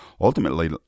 ultimately